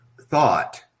thought